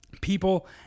people